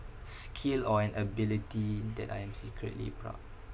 skill or an ability that I am secretly proud